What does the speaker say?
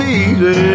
easy